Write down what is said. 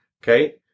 Okay